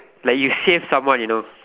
like you save someone you know